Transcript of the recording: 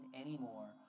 anymore